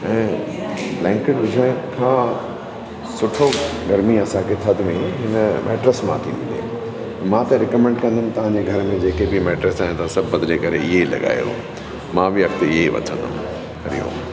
ऐं ब्लेंकट विझण खां सुठो गर्मी असांखे थधि में इन मेट्रेस मां थी मिले रिकमंड कंदमि तव्हां जे घर में जेके बि मेट्रेस आहिनि सभु बदिली करे इहे लॻायो मां बि अॻिते इहा ई वठंदमि हरि ऊं